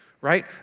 right